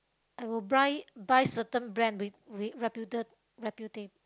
I will buy buy certain brand with with reputa~ reputa~